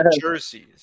jerseys